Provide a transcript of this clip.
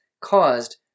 caused